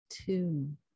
Tune